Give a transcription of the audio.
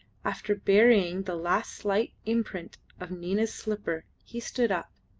after burying the last slight imprint of nina's slipper he stood up,